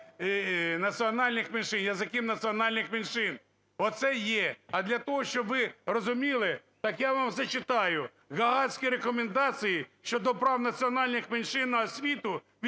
національних меншин, язиків національних меншин. Оце є. А для того, щоб ви розуміли, так я вам зачитаю Гаазькі рекомендації щодо прав національних меншин на освіту від